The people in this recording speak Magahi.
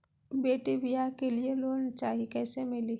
बेटी ब्याह के लिए लोन चाही, कैसे मिली?